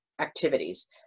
activities